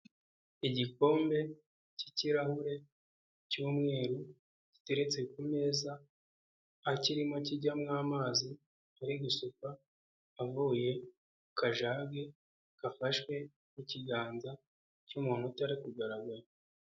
Igikombe cy'ikirahure cy'umweru giteretse ku meza, kirimo kijyamo amazi ari gusukwa avuye ku kajage gafashwe n'ikiganza cy'umuntu utari kugaragara.